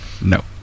No